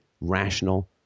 rational